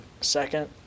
second